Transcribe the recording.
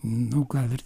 nu gal ir